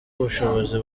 ubushobozi